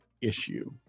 issue